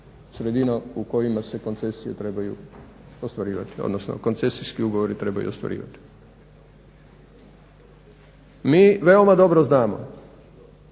sredine u kojima se koncesije trebaju ostvarivati odnosno koncesijski ugovori trebaju ostvarivati. Mi veoma dobro znamo